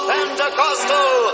Pentecostal